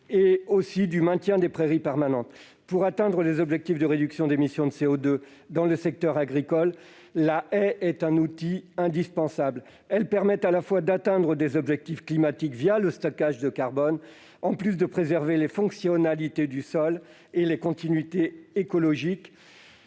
que du maintien des prairies permanentes. Pour atteindre les objectifs de réduction d'émissions de CO2 dans le secteur agricole, la haie est un outil indispensable. Les haies permettent, à la fois, d'atteindre des objectifs climatiques le stockage de carbone, en plus de préserver les fonctionnalités du sol et les continuités écologiques,